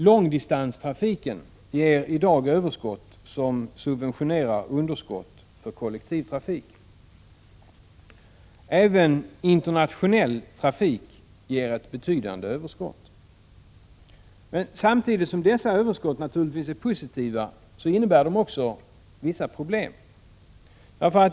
Långdistanstrafiken ger i dag överskott som subventionerar underskott för lokaltrafik. Även internationell trafik ger ett betydande överskott. Samtidigt som dessa överskott naturligtvis är positiva, så innebär de också vissa problem.